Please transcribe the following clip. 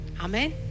Amen